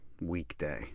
weekday